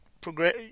progress